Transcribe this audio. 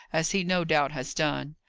as he no doubt has done!